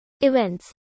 Events